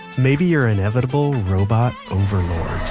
maybe your inevitable robot overloads.